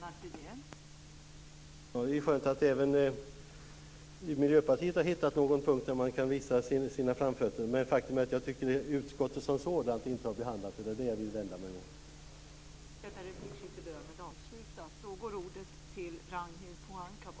Fru talman! Det är skönt att även Miljöpartiet har hittat någon punkt där man kan visa sina framfötter. Men faktum är att jag tycker att utskottets majoritet inte har behandlat den frågan. Det är det jag vänder mig mot.